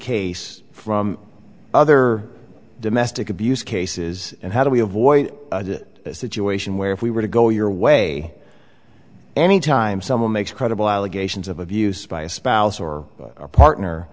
case from other domestic abuse cases and how do we avoid a situation where if we were to go your way any time someone makes credible allegations of abuse by a spouse or partner